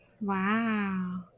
Wow